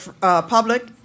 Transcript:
public